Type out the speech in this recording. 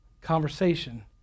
conversation